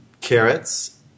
carrots